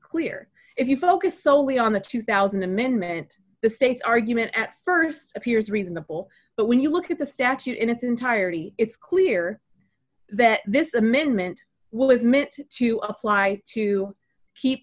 clear if you focus solely on the two thousand amendment the state's argument at st appears reasonable but when you look at the statute in its entirety it's clear that this amendment was meant to apply to keep